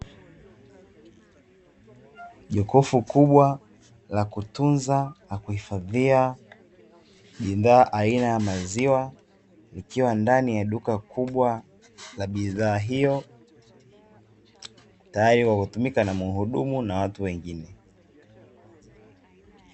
Jokofu kubwa la kutunza la kuhifadhia bidhaa aina ya maziwa, likiwa ndani ya duka kubwa la bidhaa hiyo tayari kwa kutumika na mhudumu na watu wengine.